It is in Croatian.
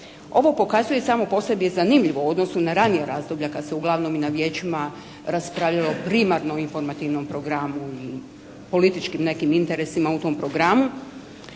Ovo pokazuje samo po sebi je zanimljivo u odnosu na ranija razdoblja kad se uglavnom i na vijećima raspravljalo primarno o informativnom programu i političkim nekim interesima u tom programu